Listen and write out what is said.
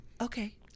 Okay